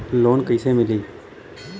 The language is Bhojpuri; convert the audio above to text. लोन कइसे मिलि?